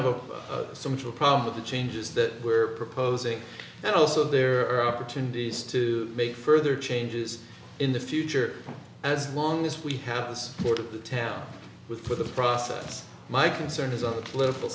actual problem with the changes that we're proposing and also there are opportunities to make further changes in the future as long as we have the support of the town with with the process my concern is on the political